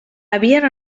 havien